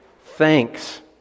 thanks